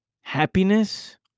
Happiness